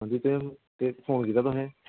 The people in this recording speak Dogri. अंजी फोन कीता तुसें